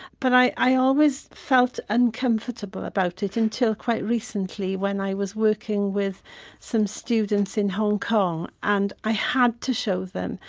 but i i always felt uncomfortable about it until quite recently when i was working with some students in hong kong and i had to show them,